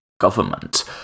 government